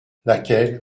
laquelle